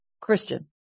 Christian